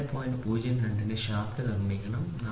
002 ന് ഷാഫ്റ്റ് നിർമ്മിക്കണം 40